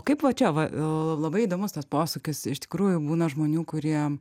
kaip va čia va aa labai įdomus tas posūkis iš tikrųjų būna žmonių kurie